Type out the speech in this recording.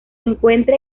encuentra